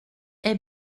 est